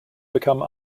become